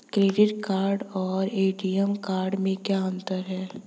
Credit card और ATM card में क्या अंतर है?